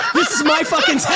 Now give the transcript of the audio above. this is my fucking